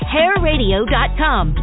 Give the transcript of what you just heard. HairRadio.com